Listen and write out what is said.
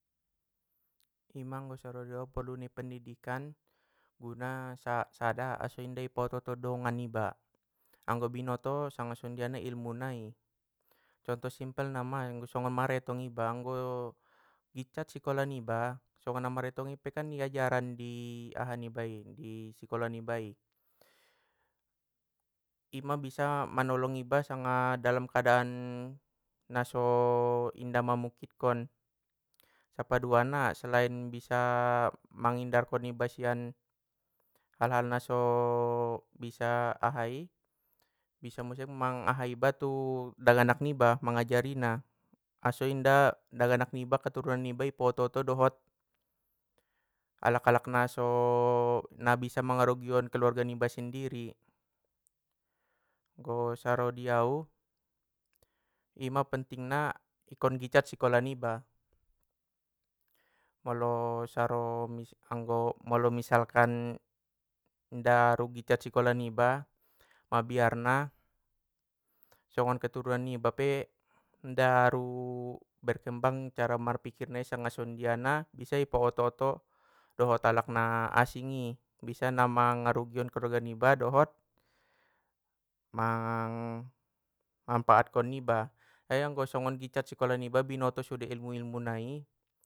Ima anggo saro di au porlu ni pandidikan guna sa-sada aso inda i paoto oto dongan iba, anggo binoto sanga songondia na ilmu nai, contoh simpelna ma songon maretong iba, anggo gitcat sikola niba! Songon namaretong i pe kan diajaran di aha nibai di sikola nibai. Ima bisa manolong iba sanga dalam keadaan naso inda mamukkinkon, sapaduana selain bisa manghindarkon iba sian, hal hal naso bisa ahai, bisa muse mang aha iba tu daganak niba mangajarina, aso inda daganak niba katurunan niba i paoto oto dohot, alak alak naso sa marugion kaluarga niba sendiri. Anggo saro di au, ima pentingna ikkon gitcat sikola niba!, molo saro anggo molo misalkan, inda aru gitcat sikola niba mabiarna, songon keturunan niba pe inda aru berkembang cara marpikirna sanga songondiana! Bisa i paoto oto dohot alak na asingi, bisa na mangarugion keluarga niba dohot, mang mampaatkon iba, te anggo songon gitcat sikola niba, bimoto sude ilmu ilmu nai.